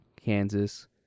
Kansas